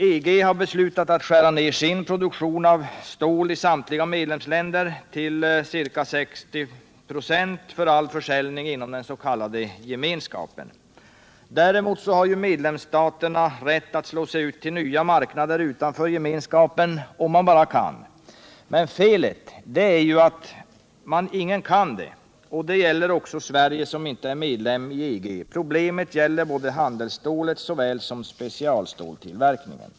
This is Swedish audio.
EG har beslutat att skära ned sin produktion av stål i samtliga medlemsländer till ca 60 96 för all försäljning inom den s.k. gemenskapen. Däremot har medlemsstaterna rätt att slå sig ut till nya marknader utanför gemenskapen, om man bara kan. Men felet är att ingen kan göra det, och det gäller också Sverige, som inte är medlem i EG. Problemet gäller såväl handelsstålet som specialståltillverkningen.